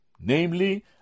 Namely